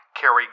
carry